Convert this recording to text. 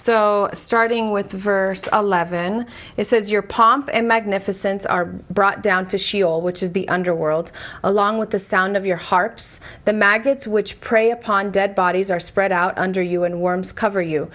so starting with verse eleven it says your pomp and magnificence are brought down to sheol which is the underworld along with the sound of your hearts the maggots which prey upon dead bodies are spread out under you and worms cover you